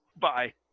Bye